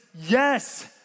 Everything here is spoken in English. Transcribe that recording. yes